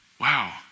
Wow